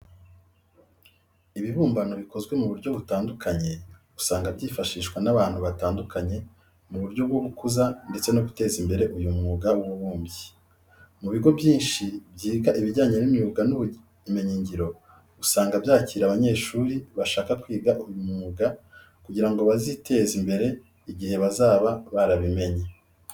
Ibibumbano bikozwe mu buryo butandukanye usanga byifashishwa n'abantu batandukanye mu buryo bwo gukuza ndetse no guteza imbere uyu mwuga w'ububumbyi. Mu bigo byinshi byiga ibijyanye n'imyuga n'ubumenyingiro usanga byakira abanyeshuri bashaka kwiga uyu mwuga kugira ngo baziteze imbere igihe bazaba barabimenye.